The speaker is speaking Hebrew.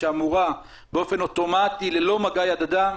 שאמורה באופן אוטומטי ללא מגע יד אדם,